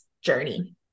journey